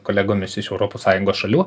kolegomis iš europos sąjungos šalių